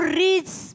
reads